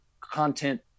content